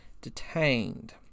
detained